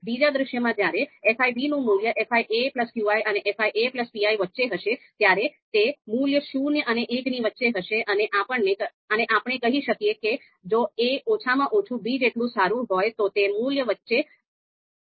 બીજા દૃશ્યમાં જ્યારે fi નું મૂલ્ય fiqi અને fipi વચ્ચે હશે ત્યારે તે મૂલ્ય શૂન્ય અને એકની વચ્ચે હશે અને આપણે કહી શકીએ કે જો a ઓછામાં ઓછું b જેટલું સારું હોય તો તે મૂલ્ય વચ્ચે આવશે